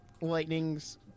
Lightning's